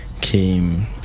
came